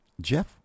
Jeff